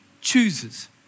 chooses